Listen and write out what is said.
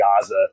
Gaza